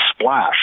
splash